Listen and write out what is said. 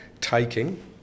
taking